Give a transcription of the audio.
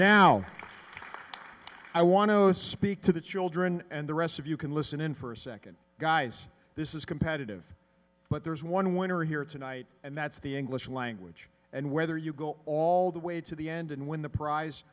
now i want to speak to the children and the rest of you can listen in for a second guys this is competitive but there's one winner here tonight and that's the english language and whether you go all the way to the end and win the prize